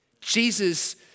Jesus